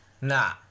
Nah